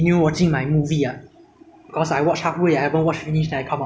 I think now my holiday lah so like I mean my first few day of holiday only [what] so